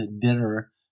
dinner